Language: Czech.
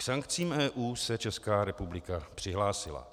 K sankcím EU se Česká republika přihlásila.